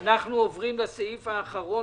הישיבה נעולה.